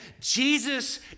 Jesus